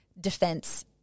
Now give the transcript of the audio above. defense